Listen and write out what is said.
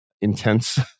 intense